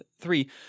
Three